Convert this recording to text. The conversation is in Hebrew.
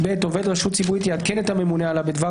עובד רשות ציבורית יעדכן את הממונה עליו בדבר